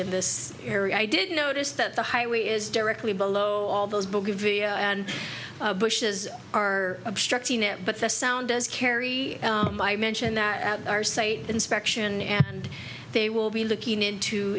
in this area i did notice that the highway is directly below all those believe the bushes are obstructing it but the sound does carry my mention that at our site inspection and they will be looking into